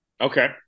Okay